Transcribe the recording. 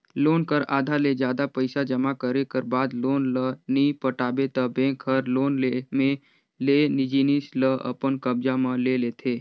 loan कर आधा ले जादा पइसा जमा करे कर बाद लोन ल नी पटाबे ता बेंक हर लोन में लेय जिनिस ल अपन कब्जा म ले लेथे